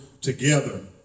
together